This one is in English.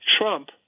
Trump